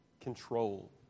control